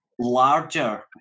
larger